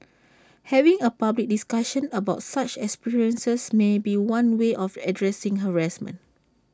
having A public discussion about such experiences may be one way of addressing harassment